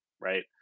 right